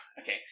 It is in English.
okay